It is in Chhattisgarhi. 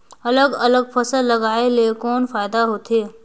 अलग अलग फसल लगाय ले कौन फायदा होथे?